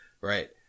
Right